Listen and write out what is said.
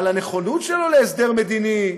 על הנכונות שלו להסדר מדיני,